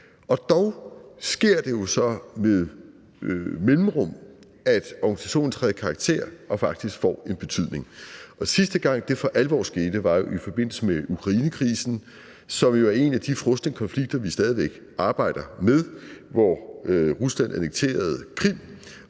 Og dog sker det jo så med mellemrum, at organisationen træder i karakter og faktisk får en betydning. Og sidste gang, det for alvor skete, var i forbindelse med Ukrainekrisen, som jo er en af de frosne konflikter, vi stadig væk arbejder med, hvor Rusland annekterede Krim,